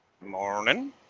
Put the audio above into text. Morning